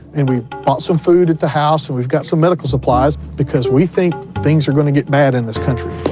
and we bought some food at the house and we've got some medical supplies because we think things are going to get bad in this country.